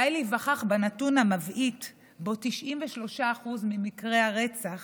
די להיווכח בנתון המבעית שלפיו 93% ממקרי הרצח